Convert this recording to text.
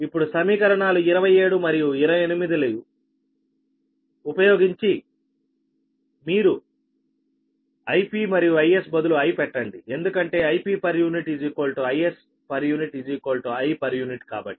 ఇప్పుడు సమీకరణాలు 27 మరియు 28 లను ఉపయోగించి మీరు Ip మరియు Is బదులు I పెట్టండి ఎందుకంటే Ip Is I కాబట్టి